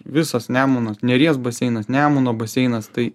visos nemuno neries baseinas nemuno baseinas tai